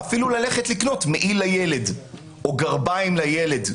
אפילו ללכת לקנות מעיל לילד או גרביים לילד.